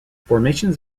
formations